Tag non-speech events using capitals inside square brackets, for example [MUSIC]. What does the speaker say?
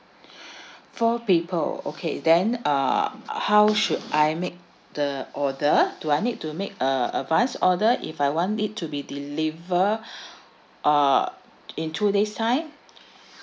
[BREATH] four people okay then uh how should I make the order do I need to make uh advance order if I want it to be deliver [BREATH] uh in two days' time